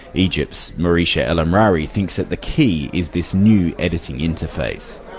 egypt's moushira elamrawy thinks that the key is this new editing interface.